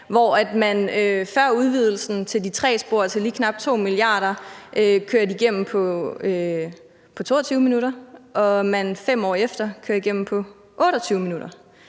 hvor man før udvidelsen til de tre spor til lige knap 2 mia. kr. kørte igennem på 22 minutter og man 5 år efter kører igennem på 28 minutter.